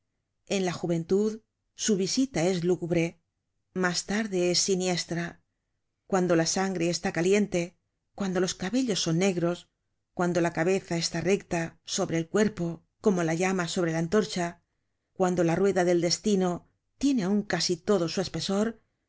en la juventud su visita es lúgubre mas tarde es siniestra cuando la sangre está caliente cuando los cabellos son negros cuando la cabeza está recta sobre el cuerpo como la llama sobre la antorcha cuando la rueda del destino tiene aun casi todo su espesor